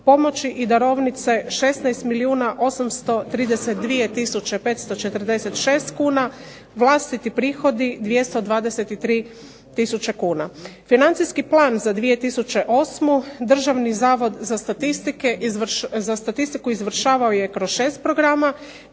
pomoći i darovnice 16 milijuna 832 tisuće 546 kuna, vlastiti prihodi 223 tisuće kuna. Financijski plan za 2008. Državni zavod za statistiku izvršavao je kroz 6 programa,